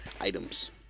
items